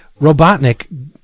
Robotnik